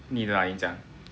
你的啊你讲